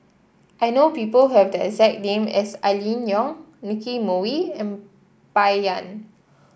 I know people have the exact name as Aline Wong Nicky Moey and Bai Yan